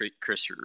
Chris